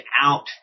out